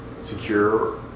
secure